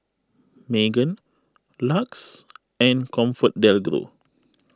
Megan Lux and ComfortDelGro